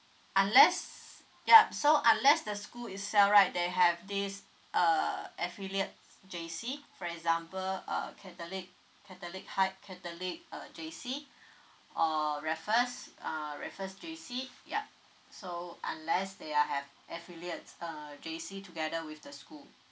unless ya so unless the school itself right they have this err affiliates J_C for example uh catholic catholic high catholic uh J_C err raffles uh raffles J_C ya so unless they are have affiliates err J_C together with the school